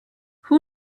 who